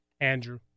Andrew